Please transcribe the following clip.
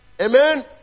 Amen